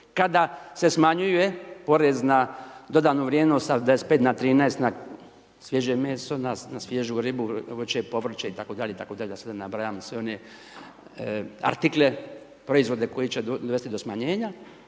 kada se smanjuje porez na dodanu vrijednost sa .../Govornik se ne razumije./... na 13 na svježe meso, na svježu ribu, voće, povrće itd. da ne nabrajam sve one artikle, proizvode koji će dovesti do smanjenja.